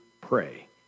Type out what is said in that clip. pray